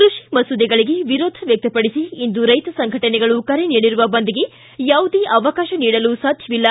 ಕೃಷಿ ಮಸೂದೆಗಳಿಗೆ ವಿರೋಧ ವ್ಯಕ್ತಪಡಿಸಿ ಇಂದು ರೈತ ಸಂಘಟನೆಗಳು ಕರೆ ನೀಡಿರುವ ಬಂದ್ಗೆ ಯಾವುದೇ ಅವಕಾಶ ನೀಡಲು ಸಾಧ್ಯವಿಲ್ಲ